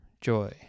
joy